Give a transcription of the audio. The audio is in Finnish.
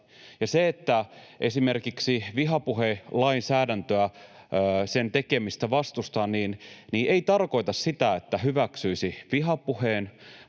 ja se, että esimerkiksi vihapuhelainsäädäntöä, sen tekemistä vastustaa, ei tarkoita sitä, että hyväksyisi vihapuheen,